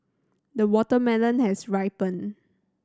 the watermelon has ripened